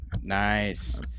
nice